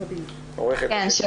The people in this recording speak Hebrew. כן, שלום.